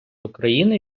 україни